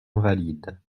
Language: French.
invalides